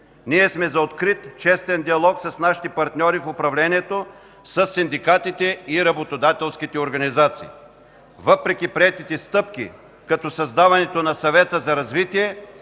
Ние сме за открит, честен диалог с нашите партньори в управлението, със синдикатите и работодателските организации. Въпреки приетите стъпки, като създаването на Съвета за развитие,